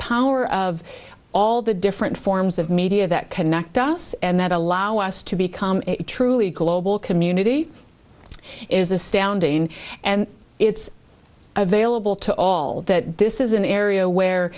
power of all the different forms of media that connect us and that allow us to become truly global community is astounding and it's available to all that this is an area where